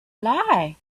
lie